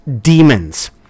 demons